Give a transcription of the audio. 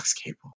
cable